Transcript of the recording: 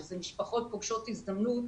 שאלה משפחות פוגשות הזדמנות.